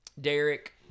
Derek –